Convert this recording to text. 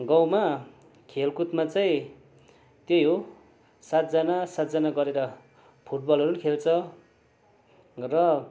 गाउँमा खेलकुदमा चाहिँ त्यही हो सातजना सातजना गरेर फुटबलहरू पनि खेल्छ र